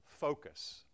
focus